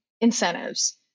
incentives